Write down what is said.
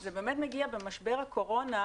זה באמת מגיע במשבר הקורונה,